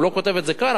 הוא לא כותב את זה כאן,